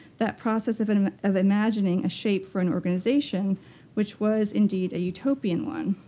that process of and of imagining a shape for an organization which was, indeed, a utopian one.